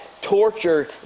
torture